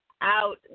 out